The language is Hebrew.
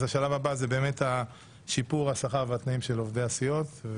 אז השלב הבא זה באמת שיפור השכר והתנאים של עובדי הסיעות.